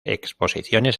exposiciones